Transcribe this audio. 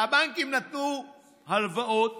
והבנקים נתנו הלוואות